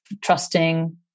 trusting